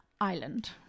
Island